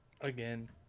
again